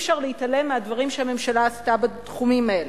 ואי-אפשר להתעלם מהדברים שהממשלה עשתה בתחומים האלה.